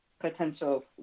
potential